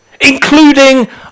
including